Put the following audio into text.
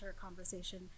conversation